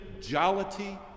jollity